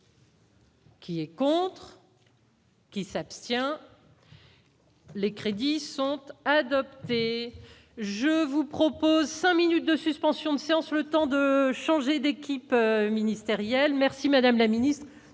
Qui est contre. Qui s'abstient. Les crédits sont en adopter, je vous propose 5 minutes de suspensions de séance, le temps de changer d'équipe. Ministériel merci madame la ministre,